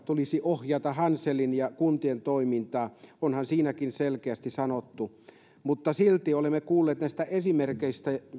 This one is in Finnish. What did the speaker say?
tulisi ohjata hanselin ja kuntien toimintaa selkeästi sanottu mutta silti olemme kuulleet näistä